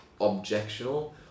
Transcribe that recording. objectional